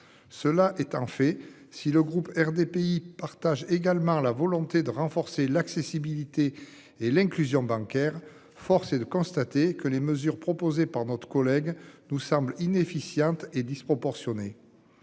cela est en fait si le groupe RDPI partage également la volonté de renforcer l'accessibilité et l'inclusion bancaire, force est de constater que les mesures proposées par notre collègue nous semble inefficiente et disproportionnée.